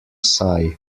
sigh